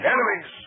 Enemies